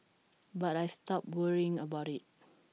but I stopped worrying about IT